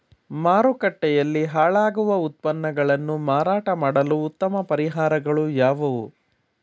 ಮಾರುಕಟ್ಟೆಯಲ್ಲಿ ಹಾಳಾಗುವ ಉತ್ಪನ್ನಗಳನ್ನು ಮಾರಾಟ ಮಾಡಲು ಉತ್ತಮ ಪರಿಹಾರಗಳು ಯಾವುವು?